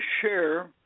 share